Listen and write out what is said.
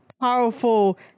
powerful